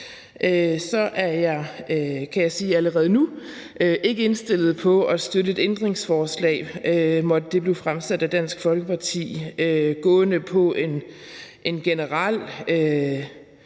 jeg sige allerede nu, at jeg ikke er indstillet på at støtte et ændringsforslag, måtte det blive fremsat af Dansk Folkeparti, gående på en generel